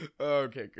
Okay